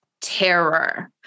terror